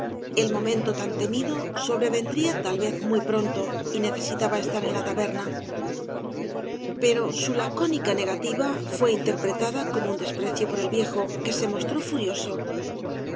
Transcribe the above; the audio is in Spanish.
el momento tan temida sobrevendría tal vez muy pronto y necesitaba estar en la taberna pero su lacónica negativa fué interpretada como un desprecio por el viejo que se mostró furioso